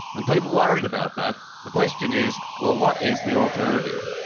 and people worried about that, the question is, well, what is the alternative?